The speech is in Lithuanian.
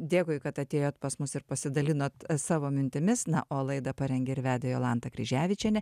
dėkui kad atėjot pas mus ir pasidalinot savo mintimis na o laidą parengė ir vedė jolanta kryževičienė